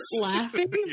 laughing